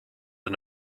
and